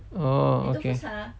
oh okay